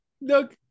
Look